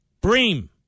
Bream